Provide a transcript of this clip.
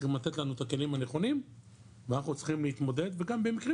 צריכים לתת לנו את הכלים הנכונים ואנחנו צריכים להתמודד וגם במקרים